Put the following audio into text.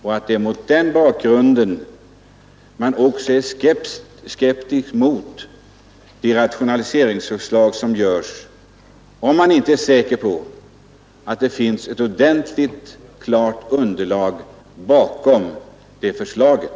Det är mot den bakgrunden man också är skeptisk mot de rationaliseringsförslag som framförs, om man inte är säker på att det finns ett ordentligt klart underlag bakom förslagen.